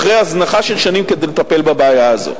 אחרי הזנחה של שנים, כדי לטפל בבעיה הזו.